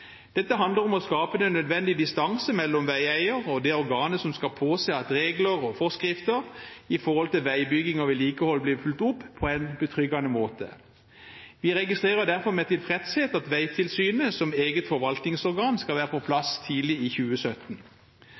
Dette handler om å skape den nødvendige distanse mellom veieier og organet som skal påse at regler og forskrifter for veibygging og vedlikehold blir fulgt opp på en betryggende måte. Vi registrerer derfor med tilfredshet at veitilsynet som eget forvaltningsorgan, skal være på plass tidlig i 2017.